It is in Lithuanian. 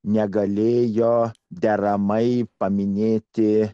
negalėjo deramai paminėti